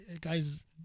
guys